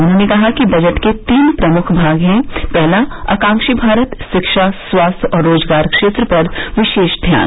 उन्होंने कहा कि बजट के तीन प्रमुख भाग हैं पहला आकांक्षी भारत शिक्षा स्वास्थ्य और रोजगार क्षेत्र पर विशेष ध्यान